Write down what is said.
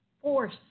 force